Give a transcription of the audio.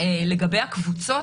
לגבי הקבוצות,